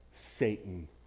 Satan